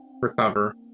recover